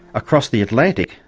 across the atlantic,